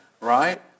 right